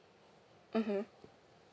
mmhmm